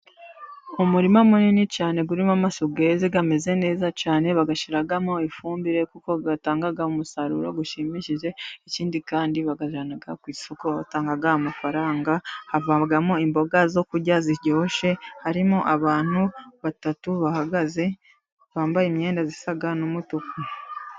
Umurima munini cyane urimo mashu yeze ameze neza cyane. Bayashyiramo ifumbire kuko atanga umusaruro ushimishije. Ikindi kandi bayazana ku isoko batanga amafaranga, havamo imboga zo kurya ziryoshye, harimo abantu batatu bahagaze bambaye imyenda isa n'umutuku.